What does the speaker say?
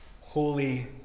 Holy